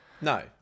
No